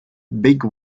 big